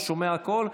הוא שומע הכול,